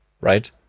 right